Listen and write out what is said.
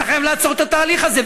חייב לעצור את התהליך הזה,